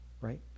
right